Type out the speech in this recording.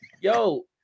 Yo